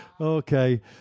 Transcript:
okay